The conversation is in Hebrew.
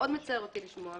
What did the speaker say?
שמצער אותי מאוד לשמוע,